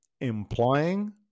implying